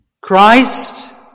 Christ